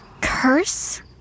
Curse